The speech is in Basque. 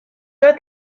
bat